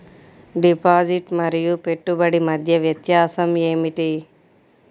Deposit మరియు పెట్టుబడి మధ్య వ్యత్యాసం ఏమిటీ?